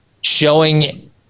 showing